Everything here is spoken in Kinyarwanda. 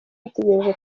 bategereje